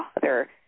father